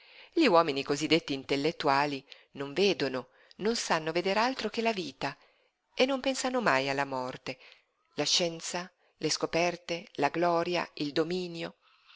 gli uomini cosí detti intellettuali non vedono non sanno veder altro che la vita e non pensano mai alla morte la scienza le scoperte la gloria il dominio